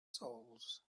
souls